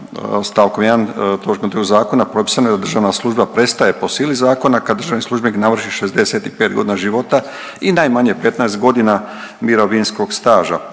razumije./… propisano je da državna služba prestaje po sili zakona kad državni službenik navrši 65 godina života i najmanje 15 godina mirovinskog staža